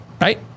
right